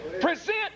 present